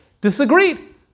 disagreed